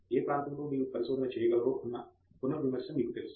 ఏ ప్రాంతము లో మీరు పరిశోధన చేయగలరో అన్న పునర్విమర్శ మీకు తెలుసు